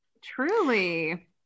Truly